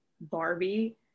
Barbie